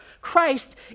Christ